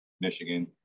Michigan